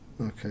Okay